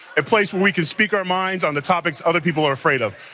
a place where we can speak our minds on the topics other people are afraid of.